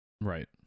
Right